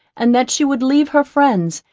and that she would leave her friends,